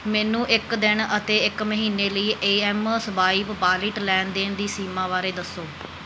ਮੈਨੂੰ ਇੱਕ ਦਿਨ ਅਤੇ ਇੱਕ ਮਹੀਨੇ ਲਈ ਏ ਐੱਮ ਸਵਾਈਪ ਵਾਲੀਟ ਲੈਣ ਦੇਣ ਦੀ ਸੀਮਾ ਬਾਰੇ ਦੱਸੋ